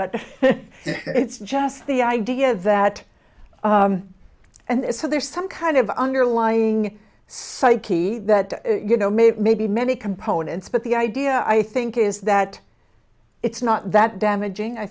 but it's just the idea that and so there's some kind of underlying psyche that you know maybe maybe many components but the idea i think is that it's not that damaging i